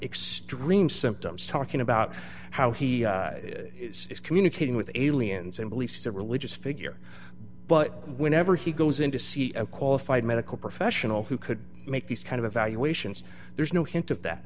extreme symptoms talking about how he is communicating with aliens and beliefs a religious figure but whenever he goes into see a qualified medical professional who could make these kind of evaluations there's no hint of that